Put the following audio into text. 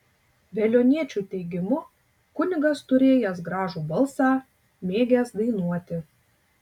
veliuoniečių teigimu kunigas turėjęs gražų balsą mėgęs dainuoti